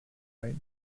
right